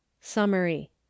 Summary